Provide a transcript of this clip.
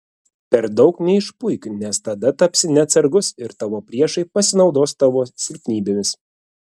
per daug neišpuik nes tada tapsi neatsargus ir tavo priešai pasinaudos tavo silpnybėmis